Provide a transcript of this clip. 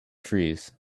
trees